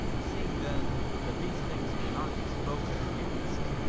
seeing then that these things cannot be spoken against,